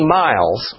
miles